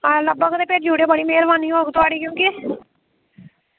आं लब्भग ते भेजी ओड़ेओ बड़ी मेहरबानी होग तुंदी क्योंकि